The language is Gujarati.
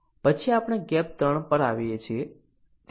પછી આપણે ગેપ 3 પર આવીએ છીએ